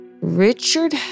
Richard